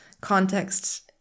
context